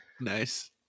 Nice